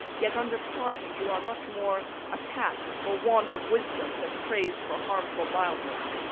yet, under pardon, you are much more attask'd for want of wisdom than prais'd for harmful mildness.